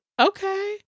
Okay